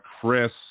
Chris